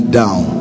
down